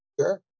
Sure